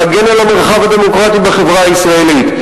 להגן על המרחב הדמוקרטי בחברה הישראלית.